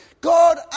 God